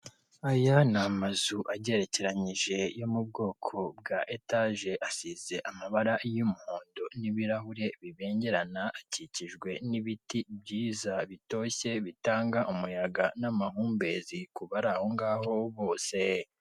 Aya ni amazu agerekeranyije yo mu bwoko bwa etaje. Asize amabara y'umuhondo n'ibirahure bibengerana, akikijwe n'ibiti byiza bitoshye bitanga umuyaga n'amahumbezi ku bari aho ngaho bose.